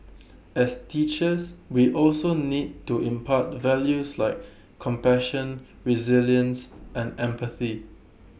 as teachers we also need to impart values like compassion resilience and empathy